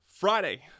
Friday